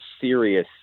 serious